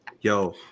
Yo